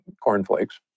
cornflakes